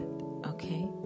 okay